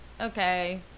okay